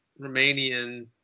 Romanian